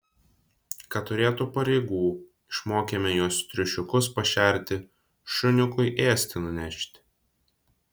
kad turėtų pareigų išmokėme juos triušiukus pašerti šuniukui ėsti nunešti